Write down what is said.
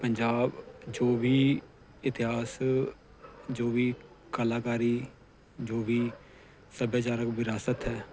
ਪੰਜਾਬ ਜੋ ਵੀ ਇਤਿਹਾਸ ਜੋ ਵੀ ਕਲਾਕਾਰੀ ਜੋ ਵੀ ਸੱਭਿਆਚਾਰਕ ਵਿਰਾਸਤ ਹੈ